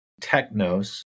technos